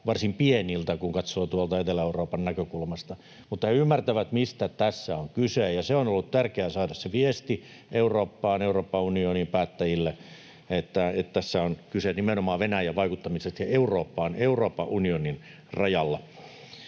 varsin pieniltä, kun katsoo tuolta Etelä-Euroopan näkökulmasta, mutta he ymmärtävät, mistä tässä on kyse. On ollut tärkeää saada se viesti Eurooppaan, Euroopan unionin päättäjille, että tässä on kyse nimenomaan Venäjän vaikuttamisesta Eurooppaan Euroopan unionin rajalla.